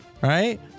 right